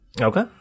Okay